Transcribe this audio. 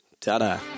Ta-da